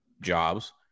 jobs